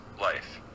life